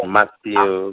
Matthew